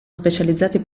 specializzati